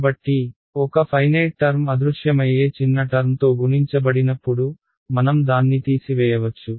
కాబట్టి ఒక finite term అదృశ్యమయ్యే చిన్న టర్మ్తో గుణించబడినప్పుడు మనం దాన్ని తీసివేయవచ్చు